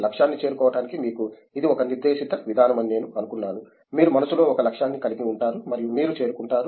లక్ష్యాన్ని చేరుకోవటానికి మీకు ఇది ఒక నిర్దేశిత విధానం అని నేను అనుకున్నాను మీరు మనస్సులో ఒక లక్ష్యాన్ని కలిగి ఉంటారు మరియు మీరు చేరుకుంటారు